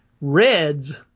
Reds